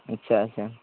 अच्छा अच्छा